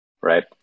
right